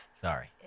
Sorry